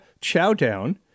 chowdown